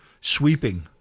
sweeping